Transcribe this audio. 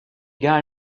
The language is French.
gars